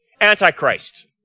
Antichrist